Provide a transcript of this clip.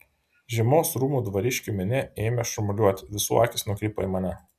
žiemos rūmų dvariškių minia ėmė šurmuliuoti visų akys nukrypo į mane